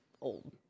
old